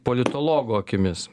politologų akimis